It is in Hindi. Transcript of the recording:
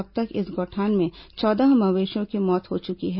अब तक इस गौठान में चौदह मवेशियों की मौत हो चुकी है